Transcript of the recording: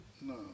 No